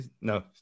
No